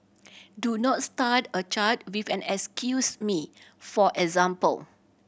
do not start a chat with an excuse me for example